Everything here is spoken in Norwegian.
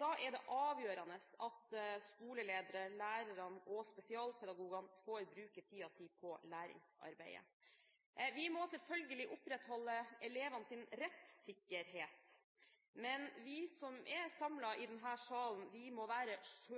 Da er det avgjørende at skoleledere, lærerne og spesialpedagogene får bruke tiden sin på læringsarbeidet. Vi må selvfølgelig opprettholde elevenes rettssikkerhet. Men vi som er samlet i denne salen, må være